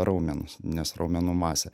raumenys nes raumenų masė